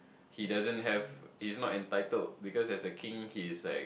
he doesn't have he's not entitled because as a king he's like